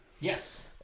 Yes